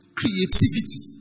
creativity